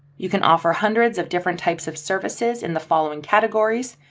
you can offer hundreds of different types of services in the following categories,